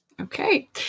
Okay